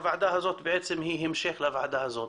שהוועדה הזו היא בעצם המשך לוועדה הזו.